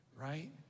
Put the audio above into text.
right